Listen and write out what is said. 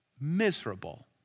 miserable